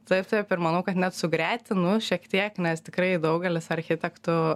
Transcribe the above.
taip taip ir manau kad net sugretinus šiek tiek nes tikrai daugelis architektų